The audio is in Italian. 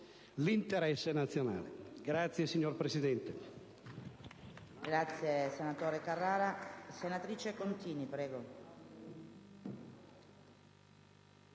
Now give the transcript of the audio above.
l'interesse nazionale.